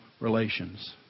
relations